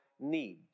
need